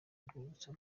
urwibutso